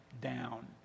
down